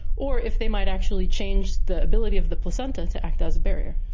or if they might actually change the ability of the placenta to act as a barrier.